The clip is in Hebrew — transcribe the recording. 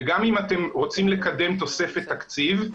וגם אם אתם רוצים לקדם תוספת תקציב,